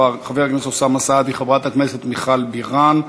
חברת הכנסת מיכל בירן.